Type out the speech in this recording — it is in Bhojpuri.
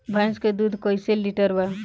भैंस के दूध कईसे लीटर बा?